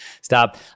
stop